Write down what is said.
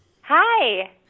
Hi